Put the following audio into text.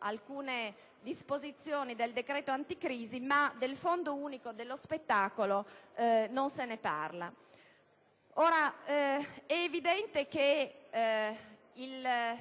alcune disposizioni del decreto anticrisi, ma del Fondo unico per lo spettacolo non si parla. È evidente che la